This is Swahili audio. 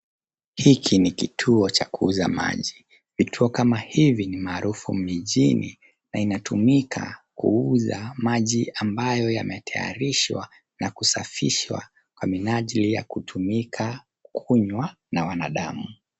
Hiki ni kituo cha kuuza maji. Vituo kama hivi ni maarufu mijini, na inatumika, kuuza maji ambayo yametayarishwa, na kusafishwa kwa minajili ya kutumika, kunywa, na wanadamu.